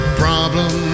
problem